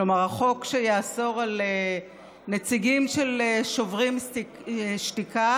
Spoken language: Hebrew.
כלומר החוק שיאסור על נציגים של שוברים שתיקה